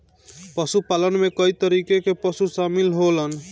पशुपालन में कई तरीके कअ पशु शामिल होलन